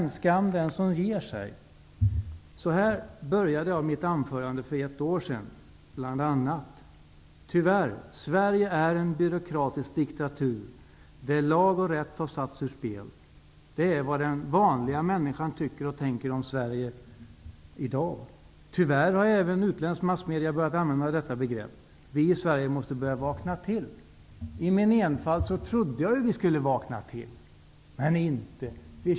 Men skam den som ger sig! Bl.a. sade jag så här i början av mitt anförande för ett år sedan: ''Men, tyvärr, Sverige är en byråkratisk diktatur, där lag och rätt har satts ur spel. Det är vad den vanliga människan tycker och tänker om Sverige i dag. Tyvärr har även utländsk massmedia börjat använda detta begrepp. Vi i Sverige måste börja vakna till.'' I min enfald trodde jag att vi skulle vakna till. Men inte gör vi det.